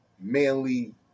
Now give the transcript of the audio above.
manly